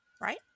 Right